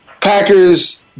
Packers